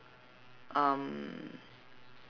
um